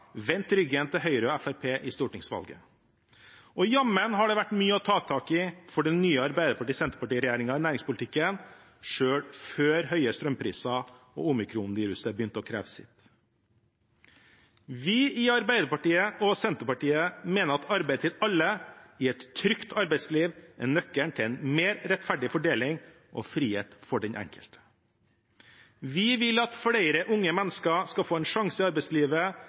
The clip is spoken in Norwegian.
ryggen til Høyre og Fremskrittspartiet i stortingsvalget. Og jammen har det vært mye å ta tak i for den nye Arbeiderparti–Senterparti-regjeringen i næringspolitikken – selv før høye strømpriser og omikron-viruset begynte å kreve sitt. Vi i Arbeiderpartiet og Senterpartiet mener at arbeid til alle i et trygt arbeidsliv er nøkkelen til en mer rettferdig fordeling og frihet for den enkelte. Vi vil at flere unge mennesker skal få en sjanse i arbeidslivet.